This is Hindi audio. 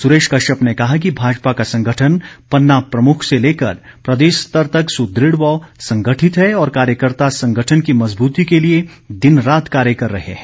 सुरेश कश्यप ने कहा कि भाजपा का संगठन पन्ना प्रमुख से लेकर प्रदेश स्तर तक सुदृढ़ व संगठित है और कार्यकर्ता संगठन की मज़बूती के लिए दिन रात कार्य कर रहे हैं